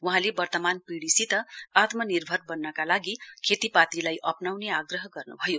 वहाँले वर्तमान पिढ़ीसित आत्मनिर्भर बन्नका लागि खेतीपातीलाई अप्नाउने आग्रह गर्नुभयो